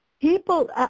people